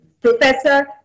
professor